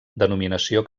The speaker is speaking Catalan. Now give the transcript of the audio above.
denominació